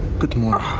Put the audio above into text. good morning.